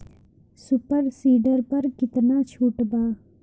Super seeder पर केतना छूट बा?